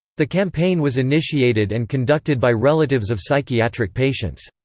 the campaign was initiated and conducted by relatives of psychiatric patients.